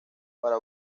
para